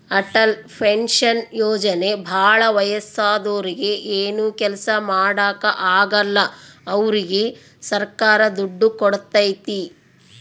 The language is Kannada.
ಅಟಲ್ ಪೆನ್ಶನ್ ಯೋಜನೆ ಭಾಳ ವಯಸ್ಸಾದೂರಿಗೆ ಏನು ಕೆಲ್ಸ ಮಾಡಾಕ ಆಗಲ್ಲ ಅವ್ರಿಗೆ ಸರ್ಕಾರ ದುಡ್ಡು ಕೋಡ್ತೈತಿ